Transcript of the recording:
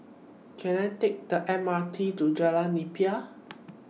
Can I Take The M R T to Jalan Nipah